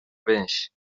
benshi